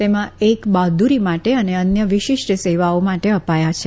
તેમાં એક બહાદુરી માટે અને અન્ય વિશિષ્ઠ સેવાઓ માટે અપાયા છે